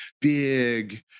big